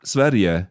Sverige